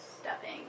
stepping